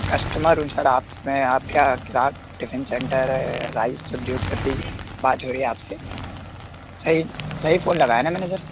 customer हूँ sir आप से मैं आपके यहाँ चिराग़ टिफिन सेंटर है राइस उद्योगपति बात हो रही है आप से सही सही फ़ोन लगाया है ना मैंने सर